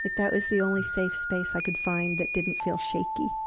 like that was the only safe space i could find that didn't feel shaky.